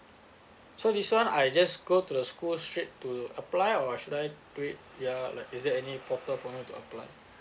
so this one I just go to the school straight to apply or should I do it ya like is there any portal for him to apply